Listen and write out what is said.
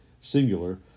singular